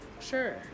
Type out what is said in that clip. sure